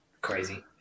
crazy